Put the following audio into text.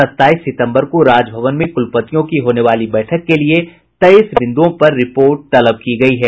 सत्ताईस सितम्बर को राजभवन में कुलपतियों की होने वाली बैठक के लिए तेईस बिंदुओं पर रिपोर्ट तलब की गयी है